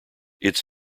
its